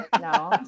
no